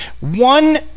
One